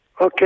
Okay